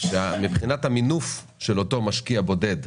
שמבחינת המינוף של אותו משקיע בודד,